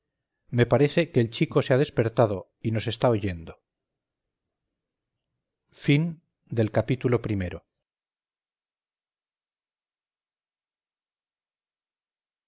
me parece que el chico se ha despertado y nos está oyendo ii